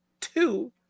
two